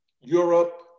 Europe